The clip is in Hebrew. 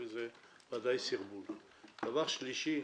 זה ודאי סרבול; דבר שלישי,